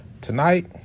Tonight